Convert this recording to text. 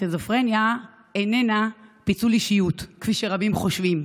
סכיזופרניה איננה פיצול אישיות, כפי שרבים חושבים.